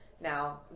Now